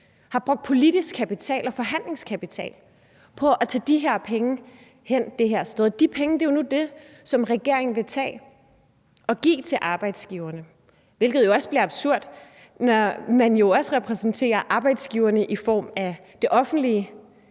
har brugt politisk kapital og forhandlingskapital på at få de her penge hen på et bestemt område. De penge er nu dem, som regeringen vil tage og give til arbejdsgiverne. Det bliver jo også absurd, at man, når man også repræsenterer arbejdsgiverne i det offentlige,